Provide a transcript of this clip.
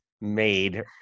made